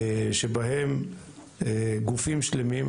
שבהם גופים שלמים,